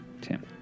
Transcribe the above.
Tim